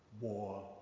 War